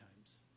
times